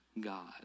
God